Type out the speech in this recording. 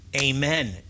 Amen